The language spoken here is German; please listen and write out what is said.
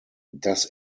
das